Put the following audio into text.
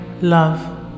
love